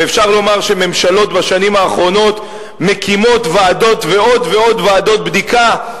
ואפשר לומר שממשלות בשנים האחרונות מקימות ועדות ועוד ועוד בדיקה,